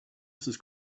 mrs